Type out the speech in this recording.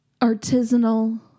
artisanal